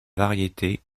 variétés